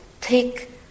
take